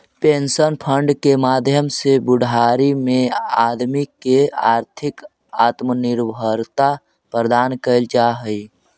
pension fund के माध्यम से बुढ़ारी में आदमी के आर्थिक आत्मनिर्भरता प्रदान कैल जा हई